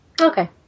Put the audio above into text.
Okay